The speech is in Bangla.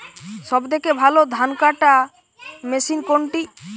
সবথেকে ভালো ধানকাটা মেশিন কোনটি?